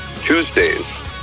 Tuesdays